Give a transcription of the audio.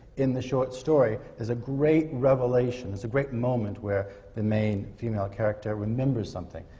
in the short story, there's a great revelation there's a great moment where the main female character remembers something.